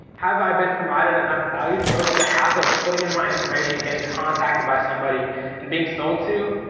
have i been provided enough value to go through the hassle of putting in my information and getting contacted by somebody and being sold to?